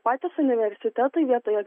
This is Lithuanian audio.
patys universitetai vietoje